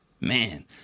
Man